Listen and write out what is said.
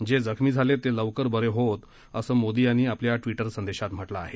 जे जखमी झालेत ते लवकर बरे होवोत असं मोदी यांनी आपल्या ट्विटर संदेशात म्हटलं आहे